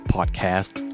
Podcast